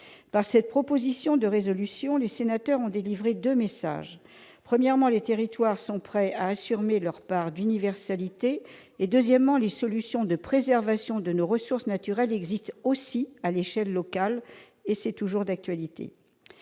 pour le climat. Avec ce texte, les sénateurs ont délivré deux messages : premièrement, les territoires sont prêts à assumer leur part d'universalité ; deuxièmement, les solutions de préservation de nos ressources naturelles existent aussi à l'échelon local. C'est toujours d'actualité.